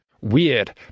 Weird